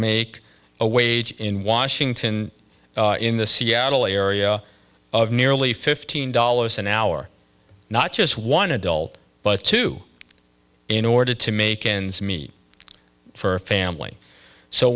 make a wage in washington in the seattle area of nearly fifteen dollars an hour not just one adult but two in order to make ends meet for a family so